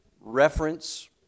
reference